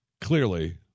Clearly